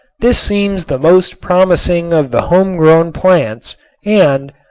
this seems the most promising of the home-grown plants and,